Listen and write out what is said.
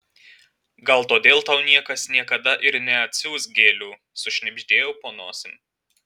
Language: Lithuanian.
gal todėl tau niekas niekada ir neatsiųs gėlių sušnibždėjau po nosim